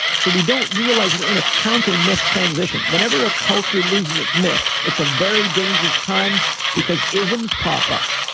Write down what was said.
so we don't realize we're in a counter myth transition. whenever a culture loses its myth, myth, it's a very dangerous time because isms pop up.